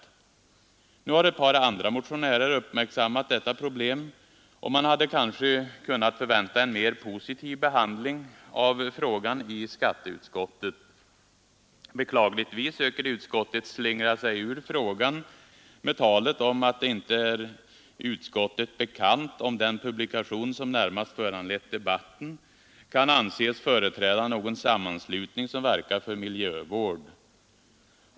Nu har även ett par andra motionärer uppmärksammat detta problem, och man hade kanske kunnat förvänta en mera positiv behandling av frågan i skatteutskottet. Beklagligtvis söker utskottet slingra sig ur frågan med talet om att det inte är utskottet bekant om den publikation som närmast föranlett debatten kan anses företräda någon sammanslutning som verkar för miljövård.